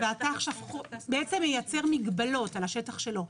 ואתה מייצר מגבלות על השטח שלו,